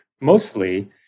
mostly